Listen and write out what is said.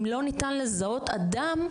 אם לא ניתן לזהות אדם,